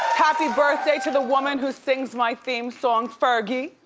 happy birthday to the woman who sings my theme song, fergie.